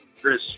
Chris